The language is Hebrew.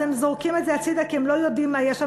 אז הם זורקים את זה הצדה כי הם לא יודעים מה יש שם,